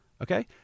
okay